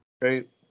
Great